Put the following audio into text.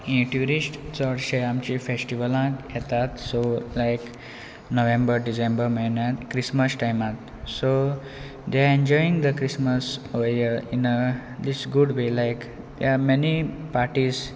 हे ट्युरिस्ट चडशे आमची फेस्टिवलाक येतात सो लायक नोव्हेंबर डिसेंबर म्हयन्यान क्रिसमस टायमांत so they enjoying the Christmas वयर in this good way like there are many parties